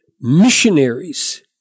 missionaries